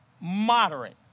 moderate